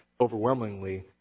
overwhelmingly